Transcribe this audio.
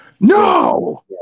no